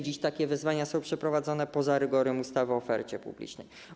Dziś takie wezwania są przeprowadzone poza rygorem ustawy o ofercie publicznej.